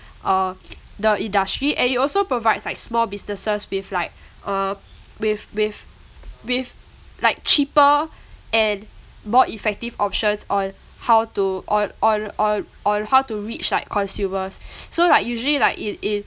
uh the industry and it also provides like small businesses with like uh with with with like cheaper and more effective options on how to on on on on how to reach like consumers so like usually like in in